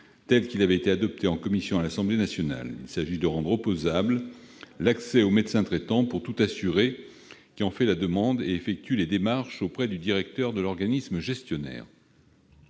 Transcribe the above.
tel qu'il avait été adopté en commission à l'Assemblée nationale. Il s'agit de rendre opposable l'accès au médecin traitant pour tout assuré qui en fait la demande et effectue les démarches auprès du directeur de l'organisme gestionnaire.